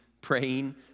praying